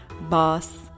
boss